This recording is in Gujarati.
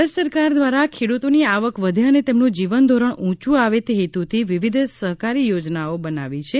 ભારત સરકાર દ્વારા ખેડૂતોની આવક વધે અને તેમનું જીવન ધોરણ ઊંયું આવે તે હેતુથી વિવિધ સહકારી યોજનાઓ બનાવી છે